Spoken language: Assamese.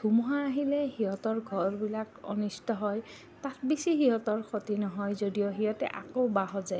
ধুমুহা আহিলে সিহঁতৰ ঘৰবিলাক অনিষ্ট হয় তাক বেছি সিহঁতৰ ক্ষতি নহয় যদিও সিহঁতে আকৌ বাঁহ সাজে